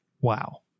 wow